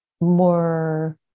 more